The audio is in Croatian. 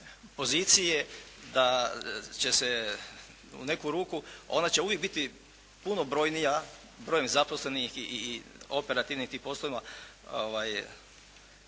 da će se u neku ruku, ona će uvijek biti puno brojnija, broj nezaposlenih i operativnim tim poslovima